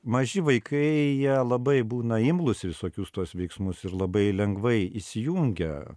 maži vaikai jie labai būna imlūs į visokius tuos veiksmus ir labai lengvai įsijungia